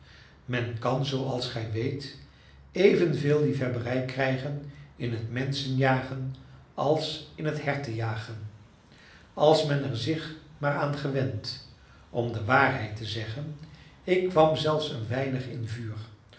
men kan zooals gij weet evenveel liefhebberij krijgen in het menschenjagen als in het hertenjagen als men er zich maar aan gewent om de waarheid te zeggen ik kwam zelfs een weinig in vuur